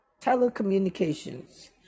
telecommunications